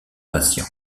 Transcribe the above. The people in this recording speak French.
patient